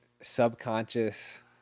subconscious